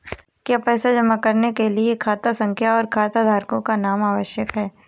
क्या पैसा जमा करने के लिए खाता संख्या और खाताधारकों का नाम आवश्यक है?